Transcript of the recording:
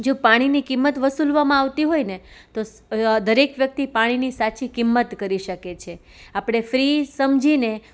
જો પાણીની કિમત વસૂલવામાં આવતી હોયને તો દરેક વ્યક્તિ પાણીની સાચી કિમત કરી શકે છે આપણે ફ્રી સમજીને